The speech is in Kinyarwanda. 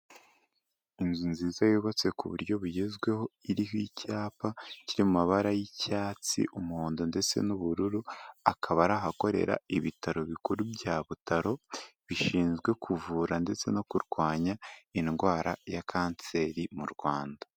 Inzu nziza yubatse ku buryo bugezweho, iriho icyapa kiri mu mabara y'icyatsi, umuhondo ndetse n'ubururu, akaba ari ahakorera ibitaro bikuru bya Butaro bishinzwe kuvura ndetse no kurwanya indwara ya kanseri mu Rwanda.